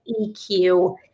EQ